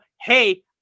hey